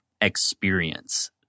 experience